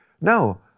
no